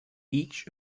each